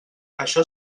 això